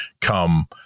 come